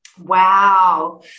Wow